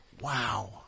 Wow